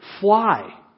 fly